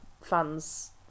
fans